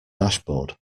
dashboard